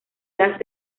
las